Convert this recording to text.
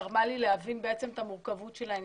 גרמו לי להבין את המורכבות שבעניין.